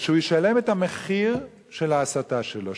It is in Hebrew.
ושהוא ישלם את המחיר של ההסתה שלו,